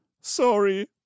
Sorry